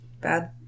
Bad